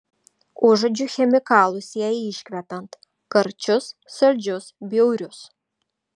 užuodžiu chemikalus jai iškvepiant karčius saldžius bjaurius